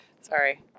Sorry